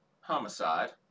Homicide